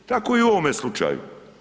Tako i u ovome slučaju.